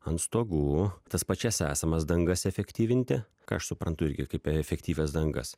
ant stogų tas pačias esamas dangas efektyvinti ką aš suprantu irgi kaip efektyvias dangas